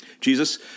Jesus